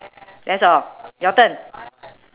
that's all your turn